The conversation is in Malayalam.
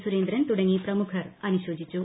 സുരേന്ദ്രൻ തുടങ്ങി പ്രമുഖർ അനുശോചിച്ചു